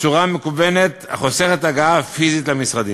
בצורה מקוונת, החוסכת הגעה פיזית למשרדים.